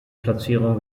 platzierung